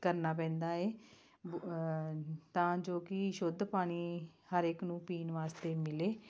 ਕਰਨਾ ਪੈਂਦਾ ਹੈ ਬੁ ਤਾਂ ਜੋ ਕਿ ਸ਼ੁੱਧ ਪਾਣੀ ਹਰ ਇੱਕ ਨੂੰ ਪੀਣ ਵਾਸਤੇ ਮਿਲੇ